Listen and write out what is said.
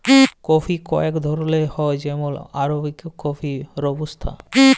coffee কয়েক ধরলের হ্যয় যেমল আরাবিকা কফি, রবুস্তা